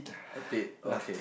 a bit okay